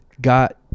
got